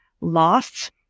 loss